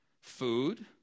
food